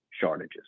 shortages